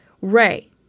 Ray